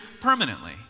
permanently